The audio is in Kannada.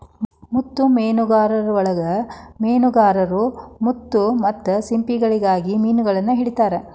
ಮುತ್ತು ಮೇನುಗಾರಿಕೆಯೊಳಗ ಮೇನುಗಾರರು ಮುತ್ತು ಮತ್ತ ಸಿಂಪಿಗಳಿಗಾಗಿ ಮಿನುಗಳನ್ನ ಹಿಡಿತಾರ